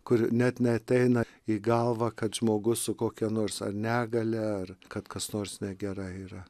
kur net neateina į galvą kad žmogus su kokia nors ar negalia ar kad kas nors negerai yra